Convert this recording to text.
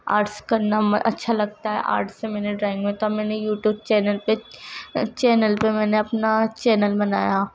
arts کرنا میں اچّھا لگتا ہے آرٹس سے میں نے ڈرائنگ ہوا تھا میں نے یو ٹوب چینل پہ چینل پہ میں نے اپنا چینل بنایا